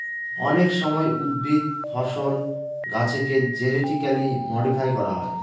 অনেক সময় উদ্ভিদ, ফসল, গাছেকে জেনেটিক্যালি মডিফাই করা হয়